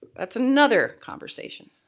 that's another conversation.